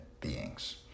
beings